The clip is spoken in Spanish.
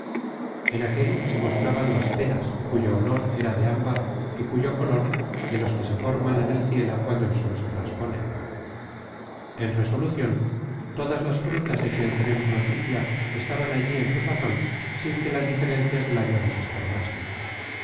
en aquel se mostraban las peras cuyo olor era de ámbar y cuyo color de los que se forman en el cielo cuando el sol se traspone en resolucion todas las frutas de quien tenemos noticia estaban allí en su sazon sin que las diferencias del año las estorbasen